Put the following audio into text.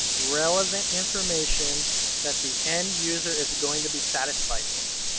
relevant information that the end user is going to be satisfied with.